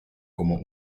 como